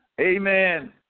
Amen